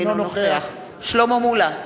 אינו נוכח שלמה מולה,